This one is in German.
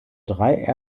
drei